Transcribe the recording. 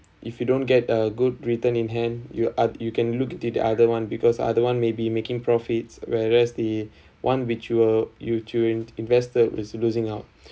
if you don't get a good return in hand you art~ you can look at it the other [one] because other [one] may be making profits whereas the one which will you choose invested was losing out